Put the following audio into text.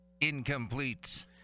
Incomplete